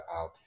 out